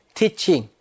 teaching